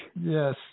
yes